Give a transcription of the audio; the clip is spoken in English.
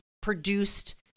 produced